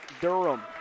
Durham